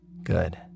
Good